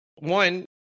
one